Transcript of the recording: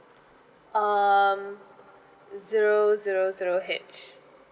um zero zero zero H